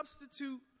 substitute